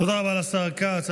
תודה רבה לשר כץ.